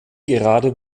gerade